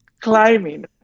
climbing